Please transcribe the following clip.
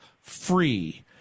free